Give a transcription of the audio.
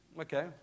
Okay